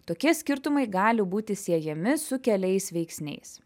tokie skirtumai gali būti siejami su keliais veiksniais